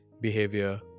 behavior